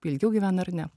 ilgiau gyvena ar ne